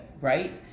right